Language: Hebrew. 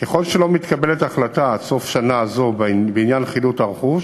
ככל שלא מתקבלת החלטה עד סוף שנה זו בעניין חילוט הרכוש,